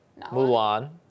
Mulan